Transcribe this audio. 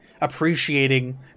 appreciating